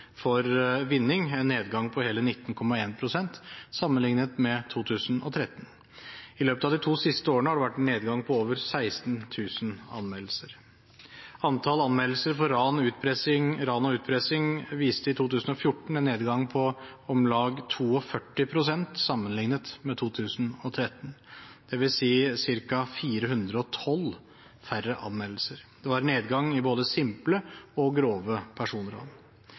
for vinning – en nedgang på hele 19,1 pst. sammenlignet med 2013. I løpet av de to siste årene har det vært en nedgang på over 16 000 anmeldelser. Antall anmeldelser for ran og utpressing viste i 2014 en nedgang på om lag 42 pst. sammenlignet med 2013, dvs. ca. 412 færre anmeldelser. Det var en nedgang i både simple og grove personran.